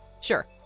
Sure